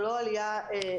זאת לא עלייה דרמטית.